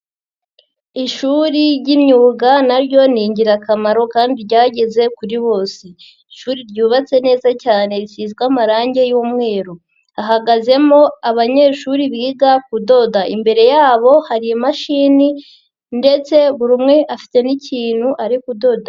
Ishuri ry'imyuga naryo ni ingirakamaro kandi ryageze kuri bose, ishuri ryubatse neza cyane risizwe amarangi y'umweru, hahagazemo abanyeshuri biga kudoda imbere yabo hari imashini ndetse buri umwe afite n'ikintu ari kudoda.